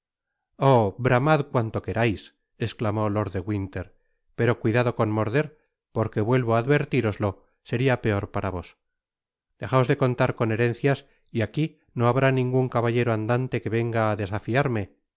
oh bramad cuanto querais esclamó lord de winter pero cuidado con morder porque vuelvo á advertiroslo seria peor para vos dejaos de contar con herencias y aqui no habrá ningun caballero andante que venga á desafiarme